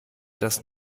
das